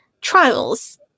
trials